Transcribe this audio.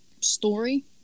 story